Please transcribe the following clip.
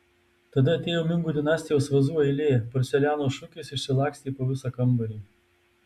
tada atėjo mingų dinastijos vazų eilė porceliano šukės išsilakstė po visą kambarį